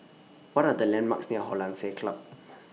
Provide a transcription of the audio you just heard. What Are The landmarks near Hollandse Club